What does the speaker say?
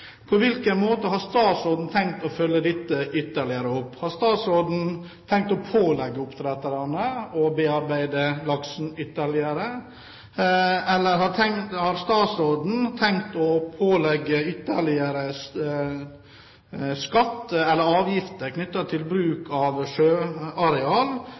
På hvilken måte har statsråden tenkt å følge dette ytterligere opp? Har statsråden tenkt å pålegge oppdretterne å bearbeide laksen ytterligere, eller har statsråden tenkt å pålegge ytterligere skatt eller avgifter knyttet til